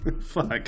Fuck